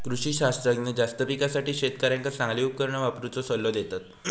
कृषी शास्त्रज्ञ जास्त पिकासाठी शेतकऱ्यांका चांगली उपकरणा वापरुचो सल्लो देतत